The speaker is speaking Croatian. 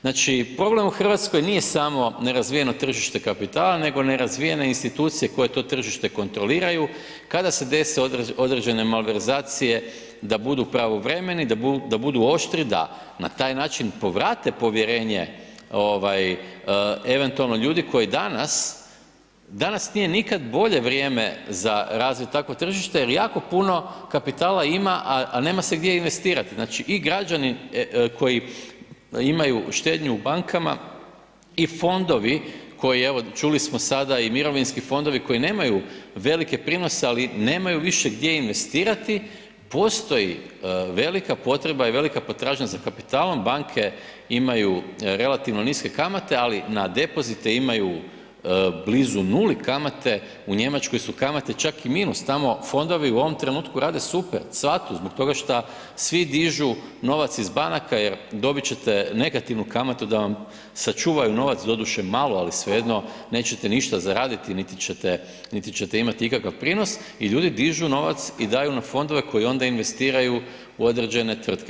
Znači, problem u RH nije samo nerazvijeno tržište kapitala, nego nerazvijene institucije koje to tržište kontroliraju, kada se dese određene malverzacije da budu pravovremeni i da budu oštri, da na taj način povrate povjerenje ovaj eventualno ljudi koji danas, danas nije nikad bolje vrijeme za razvit takvo tržište jer jako puno kapitala ima, a nema se gdje investirati, znači i građani koji imaju štednju u bankama i fondovi koji evo čuli smo sada i mirovinski fondovi koji nemaju velike prinose, ali nemaju više gdje investirati, postoji velika potreba i velika potražnja za kapitalom, banke imaju relativno niske kamate, ali na depozite imaju blizu nuli kamate, u Njemačkoj su kamate čak i minus, tamo fondovi u ovom trenutku rade super, cvatu zbog toga šta svi dižu novac iz banaka jer dobit ćete negativnu kamatu da vam sačuvaju novac, doduše malo, ali svejedno nećete ništa zaraditi, niti ćete, niti ćete imati ikakav prinos i ljudi dižu novac i daju na fondove koje onda investiraju u određene tvrtke.